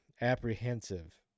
apprehensive